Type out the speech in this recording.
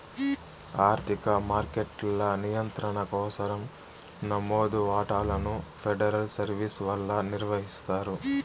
ఆర్థిక మార్కెట్ల నియంత్రణ కోసరం నమోదు వాటాలను ఫెడరల్ సర్వీస్ వల్ల నిర్వహిస్తారు